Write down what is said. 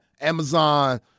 Amazon